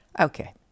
Okay